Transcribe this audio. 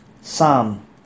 Psalm